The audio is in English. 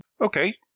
Okay